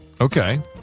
Okay